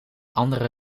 andere